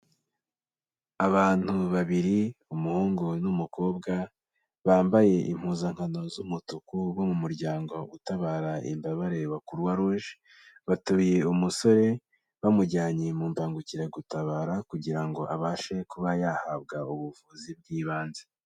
Abantu babiri umuhungu n'umukobwa, bambaye impuzankano z'umutuku bo mu muryango utabara imbabareba Croix rouge, bateruye umusore bamujyanye mu mbangukiragutabara kugira ngo abashe kuba yahabwa ubuvuzi bw'ibanze.